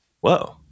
Whoa